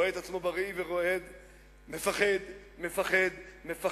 רואה את עצמו בראי ורועד, מפחד, מפחד, מפחד,